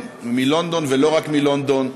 מלונדון ולא רק מלונדון,